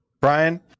brian